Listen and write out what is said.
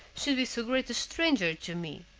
should be so great a stranger to me?